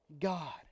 God